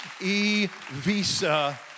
E-Visa